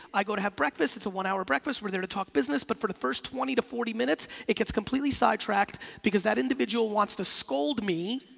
i go to have breakfast. it's a one hour breakfast, we're there to talk business but for the first twenty to forty minutes, it gets completely side tracked because that individual wants to scold me.